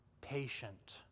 patient